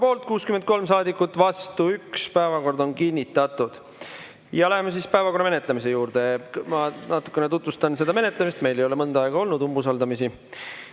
63 saadikut, vastu 1. Päevakord on kinnitatud. Läheme siis päevakorra menetlemise juurde. Ma natuke tutvustan seda menetlemist, meil ei ole mõnda aega olnud umbusaldamist.